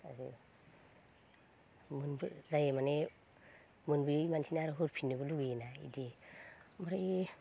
जाय माने मोनबोयि मानसिनो होफिननोबो लुगैयो ना इदि ओमफ्राय